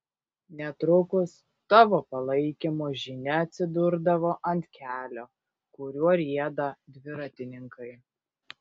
netrukus tavo palaikymo žinia atsidurdavo ant kelio kuriuo rieda dviratininkai